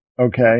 Okay